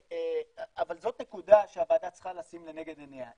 אבל זאת נקודה שהוועדה צריכה לשים לנגד עיניה.